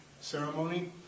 ceremony